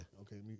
Okay